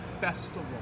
Festival